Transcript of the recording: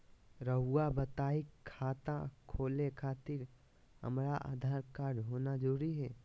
रउआ बताई खाता खोले खातिर हमरा आधार कार्ड होना जरूरी है?